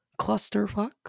clusterfuck